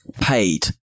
paid